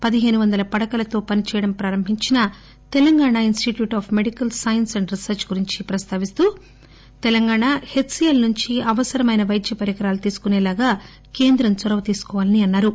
పదిహేనువందల పడకలతో పనిచేయడం ప్రారంభించిన Telangana institute of medical science and research గురించి ప్రస్తావిస్తూ తెలంగాణ హెచ్ సీఎల్ నుంచి అవసరమైన వైద్య పరికరాలు తీసుకునేలాగా కేంద్రం చొరవ తీసుకోవాలని అన్సారు